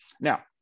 Now